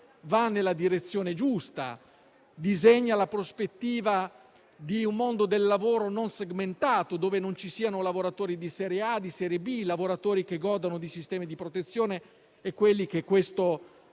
va nella direzione giusta, disegna la prospettiva di un mondo del lavoro non segmentato, dove non ci sono lavoratori di serie A o di serie B, lavoratori che godono di sistemi di protezione e quelli che non